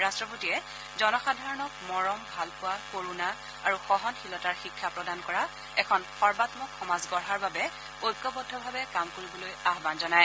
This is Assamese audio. ৰট্টপতিয়ে জনসাধাৰণক মৰম ভালপোৱা কৰুণা আৰু সহনশীলতাৰ শিক্ষা প্ৰদান কৰা এখন সৰ্বাঘক সমাজ গঢ়াৰ বাবে ঐক্যবদ্ধভাৱে কাম কৰিবলৈ আহ্বান জনায়